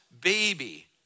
baby